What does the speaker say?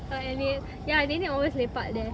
but anyway ya nenek always lepak there